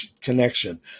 connection